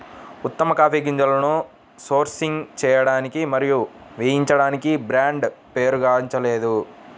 ఉత్తమ కాఫీ గింజలను సోర్సింగ్ చేయడానికి మరియు వేయించడానికి బ్రాండ్ పేరుగాంచలేదు